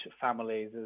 families